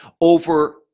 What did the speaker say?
over